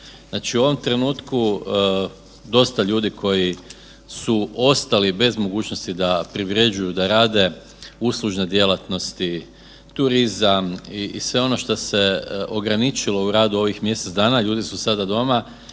Znači u ovom trenutku dosta ljudi koji su ostali bez mogućnosti da privređuju, da rade, uslužne djelatnosti, turizam i sve ono šta se ograničilo u radu ovih mjesec dana, ljudi su sada doma